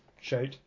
shout